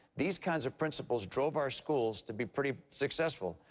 these kinds of principles drove our schools to be pretty successful.